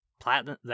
Platinum